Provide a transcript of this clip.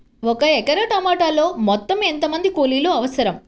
ఒక ఎకరా టమాటలో మొత్తం ఎంత మంది కూలీలు అవసరం?